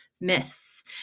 myths